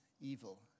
evil